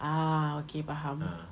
ah okay faham